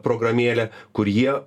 programėlė kur jie